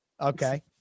Okay